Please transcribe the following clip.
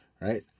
Right